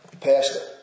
Pastor